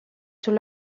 tout